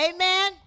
Amen